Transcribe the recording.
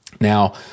Now